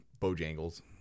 Bojangles